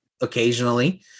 occasionally